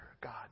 God